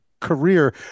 career